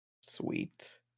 sweet